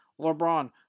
LeBron